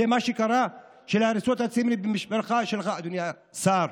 זה מה שקרה, הריסות צימרים במשמרת שלך, אדוני השר.